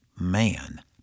man